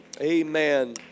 Amen